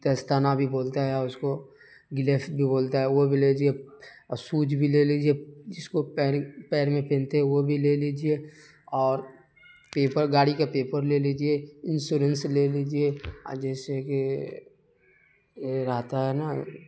دستانہ بھی بولتے ہیں اور اس کو گلیفس بھی بولتا ہے وہ بھی لے لیجیے اور سوج بھی لے لیجیے جس کو پیر پیر میں پہنتے ہیں وہ بھی لے لیجیے اور پیپر گاڑی کا پیپر لے لیجیے انسورینس لے لیجیے اور جیسے کہ یہ رہتا ہے نا